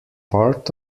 part